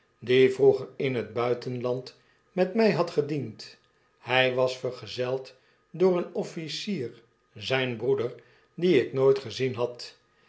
die vroeger in het buitenland met mij had gediehd hij was vergezeld door een officier zijn broeder dien ik nooit gezien had